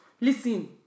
listen